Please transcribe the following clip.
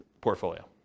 portfolio